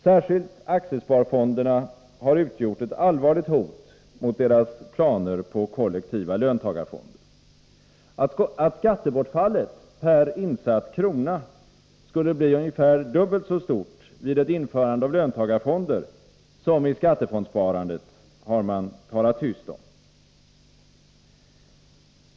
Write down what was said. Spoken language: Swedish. Särskilt aktiesparfonderna har utgjort ett allvarligt hot mot deras planer på kollektiva löntagarfonder. Att skattebortfallet per insatt krona skulle bli ungefär dubbelt så stort vid ett införande av'löntagarfonder som i skattefondssparandet har man talat tyst om.